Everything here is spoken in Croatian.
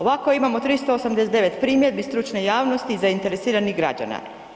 Ovako imamo 389 primjedbi stručne javnosti i zainteresiranih građana.